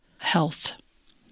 health